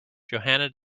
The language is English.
johanna